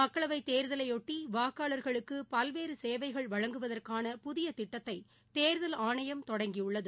மக்களவைத் தேர்தலையொட்டி வாக்காளர்களுக்கு பல்வேறு சேவைகள் வழங்குவதற்கான புதிய திட்டத்தை தேர்தல் ஆணையம் தொடங்கியுள்ளது